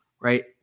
right